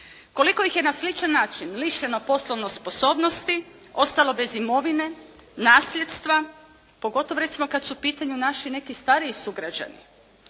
Koliko ih je na sličan način lišeno poslovne sposobnosti, ostalo bez imovine, nasljedstva, pogotovo recimo kad su u pitanju neki naši stariji sugrađani?